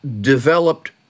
developed